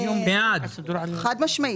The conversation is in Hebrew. חד משמעית.